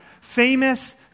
famous